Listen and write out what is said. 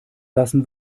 lassen